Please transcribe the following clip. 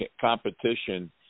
competition